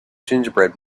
gingerbread